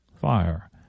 fire